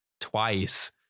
twice